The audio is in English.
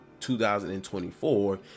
2024